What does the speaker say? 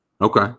Okay